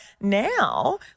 Now